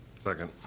Second